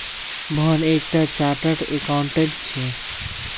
मोहन एक टा chartered accountant छे